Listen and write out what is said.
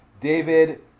David